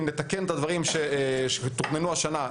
אם נתקן את הדברים שתוכננו השנה,